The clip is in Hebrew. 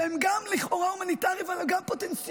שהם גם לכאורה הומניטריים, אבל הם גם פוטנציאל,